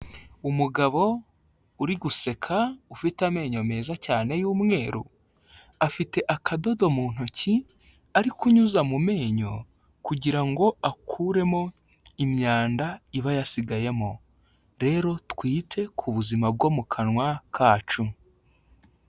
Umugabo uri guseka, ufite amenyo meza cyane y'umweru, afite akadodo mu ntoki, ari kunyuza mu menyo kugira ngo akuremo imyanda iba yasigayemo. Rero, twite ku buzima bwo mu kanwa kacu.